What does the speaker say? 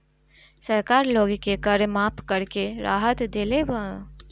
सरकार लोग के कर माफ़ करके राहत देले बा